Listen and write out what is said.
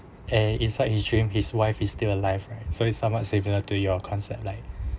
and inside his dream his wife is still alive right so it's somewhat similar to your concept like